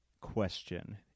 question